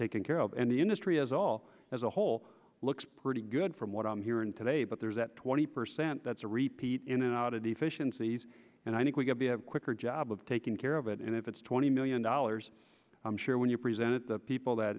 taken care of and the industry as all as a whole looks pretty good from what i'm hearing today but there's that twenty percent that's a repeat out of deficiencies and i think we've got to have quicker job of taking care of it and if it's twenty million dollars i'm sure when you present people that